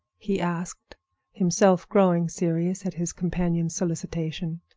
he asked himself growing serious at his companion's solicitation.